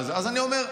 אז אני אומר,